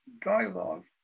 dialogue